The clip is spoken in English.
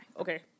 Okay